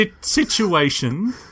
Situation